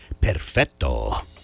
Perfetto